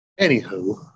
Anywho